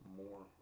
more